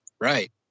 right